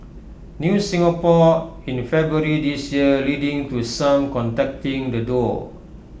news Singapore in February this year leading to some contacting the duo